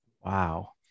Wow